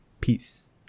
Peace